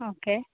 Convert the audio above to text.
okay